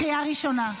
קריאה ראשונה.